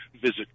visit